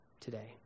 today